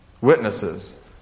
witnesses